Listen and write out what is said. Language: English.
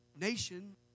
nation